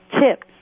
tips